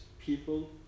people